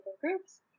groups